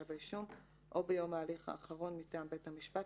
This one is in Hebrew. כתב האישום או ביום ההליך האחרון מטעם בית המשפט,